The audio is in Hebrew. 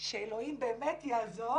שאלוהים באמת יעזור,